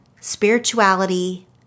spirituality